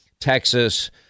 Texas